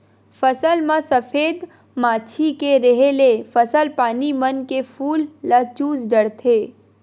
फसल म सफेद मांछी के रेहे ले फसल पानी मन के फूल ल चूस डरथे